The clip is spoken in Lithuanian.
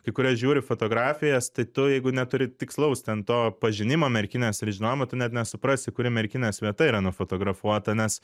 kai kurias žiūri fotografijas tai tu jeigu neturi tikslaus ten to pažinimo merkinės ir žinojimo tu net nesuprasi kuri merkinės vieta yra nufotografuota nes